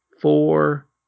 four